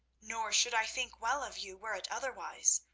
nor should i think well of you were it otherwise.